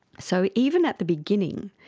so even at the beginning,